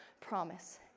promise